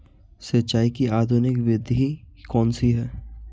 सिंचाई की आधुनिक विधि कौनसी हैं?